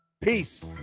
Peace